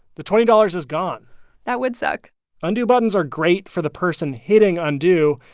the twenty dollars is gone that would suck undo buttons are great for the person hitting undo,